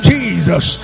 Jesus